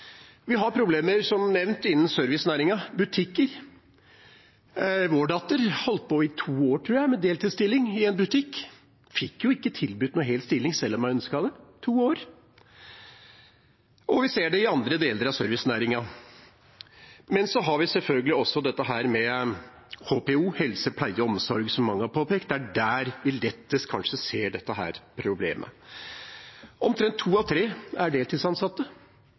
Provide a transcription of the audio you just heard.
Vi har som nevnt problemer innen servicenæringen, f.eks. butikker. Vår datter holdt på i to år, tror jeg, med deltidsstilling i en butikk. Hun fikk ikke tilbudt noen hel stilling sjøl om hun ønsket det – i to år. Vi ser det også i andre deler av servicenæringen. Men vi har også dette i HPO – helse, pleie og omsorg – som mange har påpekt. Det er der vi kanskje lettest ser dette problemet. Omtrent to av tre er